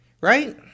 Right